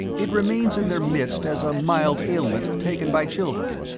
it remains in their midst as a mild ailment taken by children.